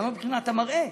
גם מבחינת המראה.